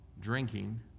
drinking